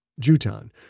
Jutan